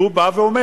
כשהוא בא ואומר: